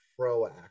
proactive